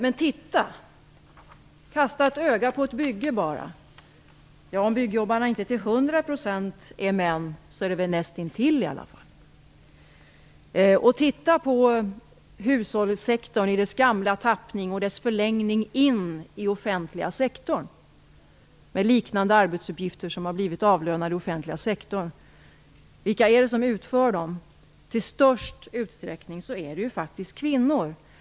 Kasta bara ett öga på ett bygge. Om inte byggjobbarna till hundra procent består av män så är det väl nästintill i alla fall. Se på hushållssektorn i dess gamla tappning och dess förlängning in i den offentliga sektorn med liknande arbetsuppgifter som har betalats av den offentliga sektorn. Vilka är det som utför arbetsuppgifterna? Till största delen är det ju faktiskt kvinnor.